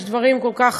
יש דברים כל כך